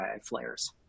flares